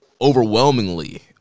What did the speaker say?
overwhelmingly